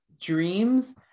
dreams